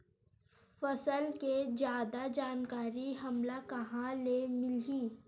फसल के जादा जानकारी हमला कहां ले मिलही?